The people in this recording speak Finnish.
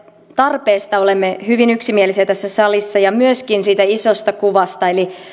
tarpeesta olemme hyvin yksimielisiä tässä salissa ja myöskin siitä isosta kuvasta eli